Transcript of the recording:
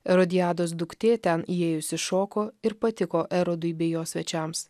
erodiados duktė ten įėjusi šoko ir patiko erodui bei jo svečiams